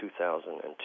2002